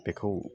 बेखौ